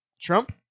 Trump